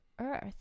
Earth